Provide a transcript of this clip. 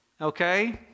okay